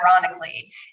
ironically